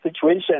situation